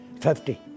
Fifty